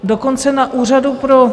Dokonce na úřadu pro